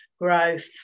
growth